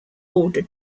order